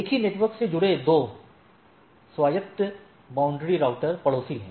एक ही नेटवर्क से जुड़े दो स्वायत्त बाउंड्री राउटर पड़ोसी हैं